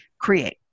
create